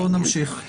בואו נמשיך.